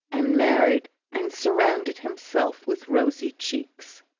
and married, and surrounded himself with rosy cheeks.